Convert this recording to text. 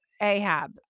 Ahab